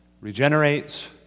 regenerates